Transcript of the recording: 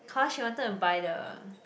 cause she wanted to buy the